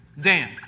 Dan